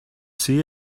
see